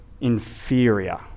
inferior